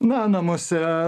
na namuose